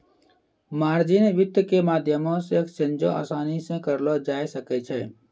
margin वित्त के माध्यमो से एक्सचेंजो असानी से करलो जाय सकै छै